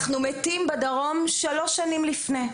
אנחנו, בדרום, מתים שלוש שנים לפני.